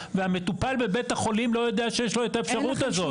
והמטופל בבית החולים לא יודע שיש לו את האפשרות הזאת.